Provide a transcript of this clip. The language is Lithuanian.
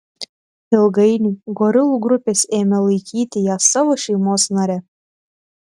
ilgainiui gorilų grupės ėmė laikyti ją savo šeimos nare